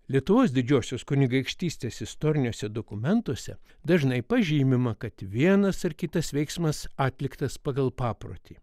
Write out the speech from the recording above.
lietuvos didžiosios kunigaikštystės istoriniuose dokumentuose dažnai pažymima kad vienas ar kitas veiksmas atliktas pagal paprotį